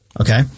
okay